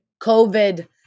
COVID